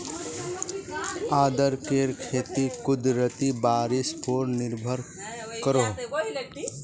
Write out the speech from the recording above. अदरकेर खेती कुदरती बारिशेर पोर निर्भर करोह